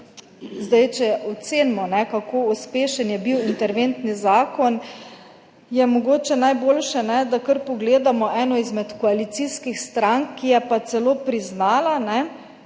dni, če ocenimo, kako uspešen je bil interventni zakon, je mogoče najboljše, da kar pogledamo eno izmed koalicijskih strank, ki je pa celo priznala,